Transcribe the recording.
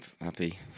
happy